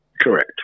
Correct